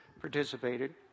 participated